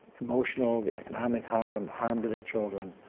emotional, the economic harm, the harm to their children,